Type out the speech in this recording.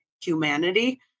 humanity